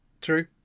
true